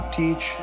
teach